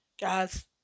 Guys